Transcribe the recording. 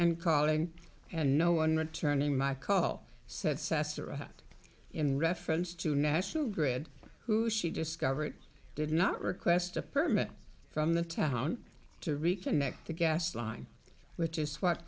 and calling and no one would turn in my call said sasser at in reference to national grid who she discovered did not request a permit from the town to reconnect the gas line which is what